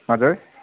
हजुर